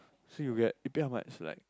so you'll be like you pay how much